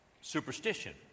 superstition